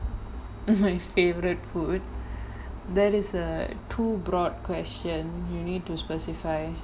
my favourite food that is a too broad question you need to specify